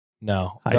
No